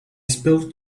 spilled